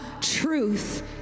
truth